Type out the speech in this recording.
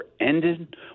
ended